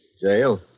Jail